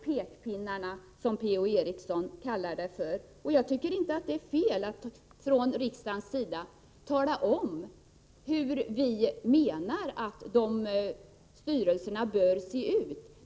pekpinnar för landstingen. Jag tycker inte att det är fel att vi från riksdagens sida talar om hur vi tycker att styrelserna bör se ut.